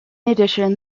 addition